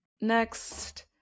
Next